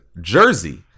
Jersey